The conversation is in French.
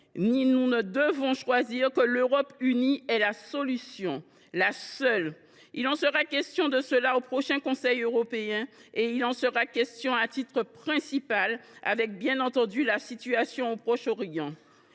ni ne devons choisir que l’Europe unie est la solution, et la seule. Il en sera question lors du prochain Conseil européen, et il en sera question à titre principal – avec, bien entendu, la situation au Proche Orient.